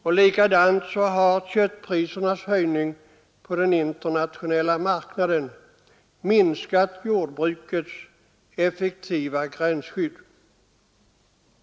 På samma sätt har köttprisernas höjning på den internationella marknaden minskat jordbrukets effektiva gränsskydd.